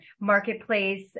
marketplace